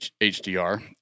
HDR